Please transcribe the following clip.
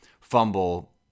fumble